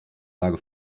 lage